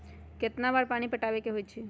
कितना बार पानी पटावे के होई छाई?